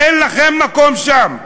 אין לכם מקום שם.